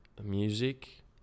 music